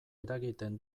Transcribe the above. eragiten